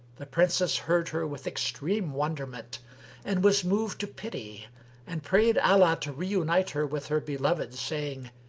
the princess heard her with extreme wonderment and was moved to pity and prayed allah to reunite her with her beloved, saying,